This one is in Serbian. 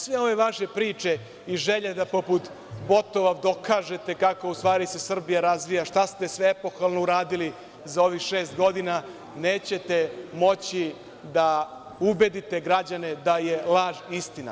Sve ove vaše priče i želje da poput botova dokažete kako u stvari se Srbija razvija, šta ste sve epohalno uradili za ovih šest godina, nećete moći da ubedite građane da je laž istina.